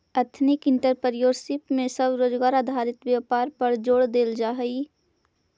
ethnic entrepreneurship में स्वरोजगार आधारित व्यापार पर जोड़ देल जा हई